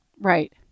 Right